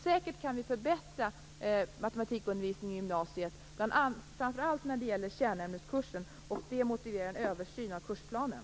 Säkert kan vi alltså förbättra matematikundervisningen i gymnasiet, framför allt när det gäller kärnämneskursen, och det motiverar en översyn av kursplanen.